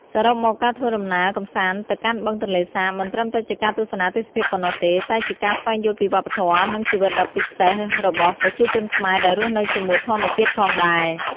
សរុបមក ការធ្វើដំណើរកម្សាន្តទៅកាន់បឹងទន្លេសាប មិនត្រឹមតែជាការទស្សនាទេសភាពប៉ុណ្ណោះទេ តែជាការស្វែងយល់ពីវប្បធម៌ និងជីវិតដ៏ពិសេសរបស់ប្រជាជនខ្មែរដែលរស់នៅជាមួយធម្មជាតិផងដែរ។